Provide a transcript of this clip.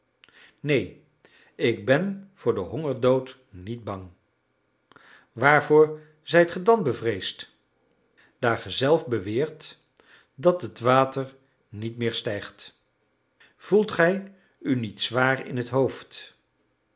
neen ik ben voor den hongerdood niet bang waarvoor zijt ge dan bevreesd daar ge zelf beweert dat het water niet meer stijgt voelt gij u niet zwaar in het hoofd